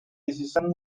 decision